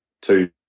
two